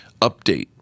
update